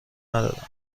ندادم